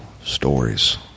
stories